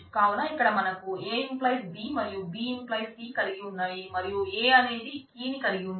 కావున ఇక్కడ మనకు A→B మరియు B→ C కలిగి ఉన్నాము మరియు A అనేది కీ ని కలిగి ఉన్నది